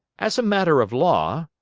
as a matter of law,